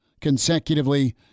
consecutively